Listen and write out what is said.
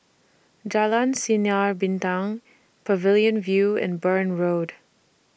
Jalan Sinar Bintang Pavilion View and Burn Road